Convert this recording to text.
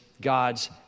God's